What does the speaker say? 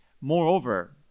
Moreover